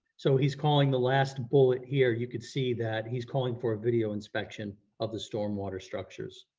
so he's calling the last bullet here, you could see that he's calling for a video inspection of the stormwater structures.